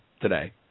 today